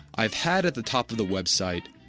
i've had at the top of the website